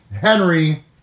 Henry